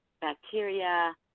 bacteria